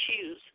choose